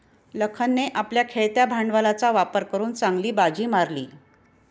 लखनने आपल्या खेळत्या भांडवलाचा वापर करून चांगली बाजी मारली